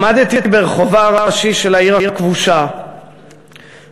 עמדתי ברחובה הראשי של העיר הכבושה וחשבתי